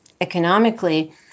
economically